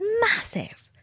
Massive